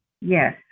Yes